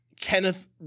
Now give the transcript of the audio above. Kenneth